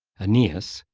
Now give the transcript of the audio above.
aeneas,